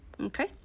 okay